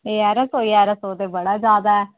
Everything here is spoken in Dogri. ञारां सौ ञारां सौ ते बड़ा जैदा ऐ